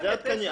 זה עדכני.